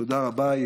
תודה רבה.